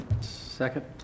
second